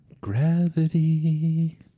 Gravity